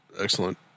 excellent